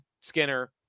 Skinner